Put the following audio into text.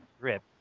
grip